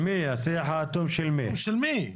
השיח האטום של מי?